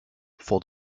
for